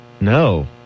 No